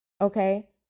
Okay